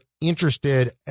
interested